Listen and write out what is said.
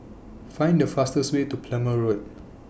Find The fastest Way to Plumer Road